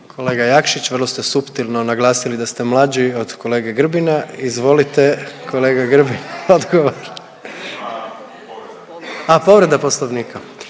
Kolega Jakšić vrlo ste suptilno naglasili da ste mlađi od kolege Grbina. Izvolite kolega Grbin odgovor. A povreda poslovnika,